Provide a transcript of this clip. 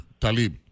Talib